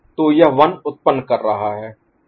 तो यह 1 उत्पन्न कर रहा है